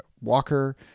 Walker